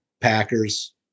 Packers